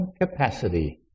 capacity